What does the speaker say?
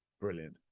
Brilliant